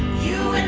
you